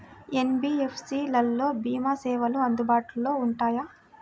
NBFC లలో భీమా సేవలు అందుబాటులో ఉంటాయా?